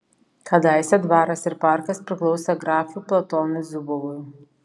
kadaise dvaras ir parkas priklausė grafui platonui zubovui